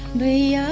the